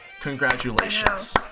congratulations